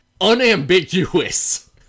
unambiguous